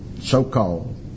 so-called